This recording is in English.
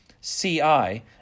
C-I